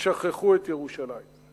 ששכחו את ירושלים.